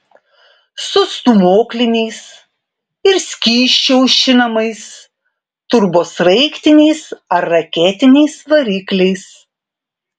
su stūmokliniais ir skysčiu aušinamais turbosraigtiniais ar raketiniais varikliais